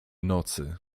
nocy